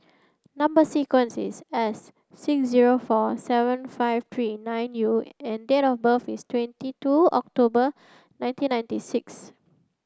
number sequence is S six zero four seven five three nine U and date of birth is twenty two October nineteen ninety six